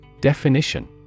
Definition